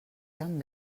tan